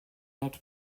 not